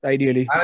Ideally